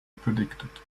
predicted